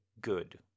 good